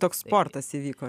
toks sportas įvyko